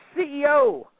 CEO